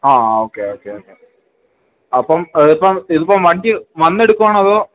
ആ okay okay okay അപ്പം ഇതിപ്പം ഇതിപ്പം വണ്ടി വന്ന എടുക്കവാണതോ